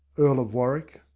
earl of warwick.